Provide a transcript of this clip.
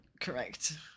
correct